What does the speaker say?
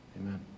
Amen